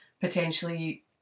potentially